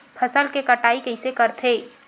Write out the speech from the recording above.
फसल के कटाई कइसे करथे?